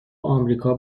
آمریکا